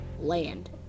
land